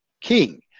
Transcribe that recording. king